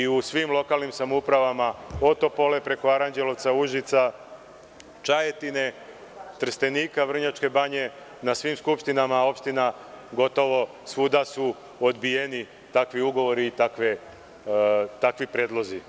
U svim lokalnim samoupravama od Topole preko Aranđelovca, Užica, Čajetina, Trstenika, Vrnjačke Banje, na svim skupštinama opština gotovo svuda su odbijeni takvi ugovori i takvi predlozi.